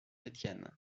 étienne